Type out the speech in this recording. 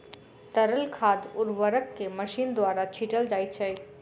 तरल खाद उर्वरक के मशीन द्वारा छीटल जाइत छै